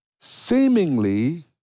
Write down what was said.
seemingly